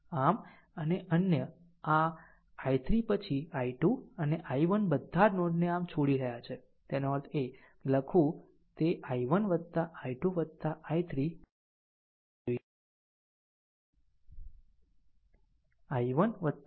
આમ અને અન્ય આ i3 પછી i2 અને i1 બધા નોડ ને આમ છોડી રહ્યાં છે તેનો અર્થ એ કે જો તે લખવું તે i1 i2 i3 9 હોવું જોઈએ